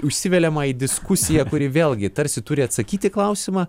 įsiveliama į diskusiją kuri vėlgi tarsi turi atsakyti klausimą